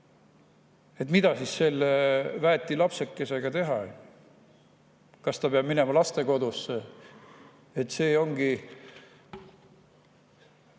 Mida selle väeti lapsekesega teha? Kas ta peab minema lastekodusse? See ongi